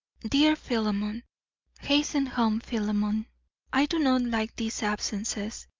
dear philemon hasten home, philemon i do not like these absences.